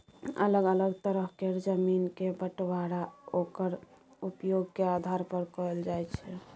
अलग अलग तरह केर जमीन के बंटबांरा ओक्कर उपयोग के आधार पर कएल जाइ छै